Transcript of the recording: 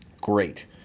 great